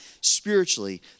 spiritually